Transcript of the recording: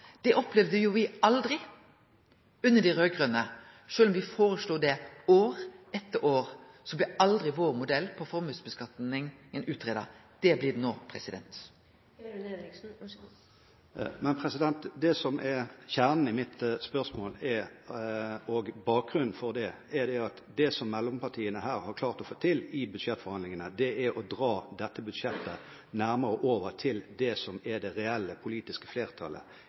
Det opplevde me aldri under dei raud-grøne. Sjølv om me foreslo det år etter år, blei aldri vår modell for skattlegging av formuar utgreidd. Det blir han no. Men det som er kjernen i mitt spørsmål og bakgrunnen for det, er at det som mellompartiene her har klart å få til i budsjettforhandlingene, er å dra dette budsjettet nærmere det som er det reelle politiske flertallet